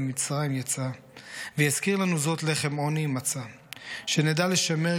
ממצרים יצא / ויזכיר לנו זאת לחם עוני: מצה / שנדע לשמר,